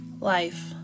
life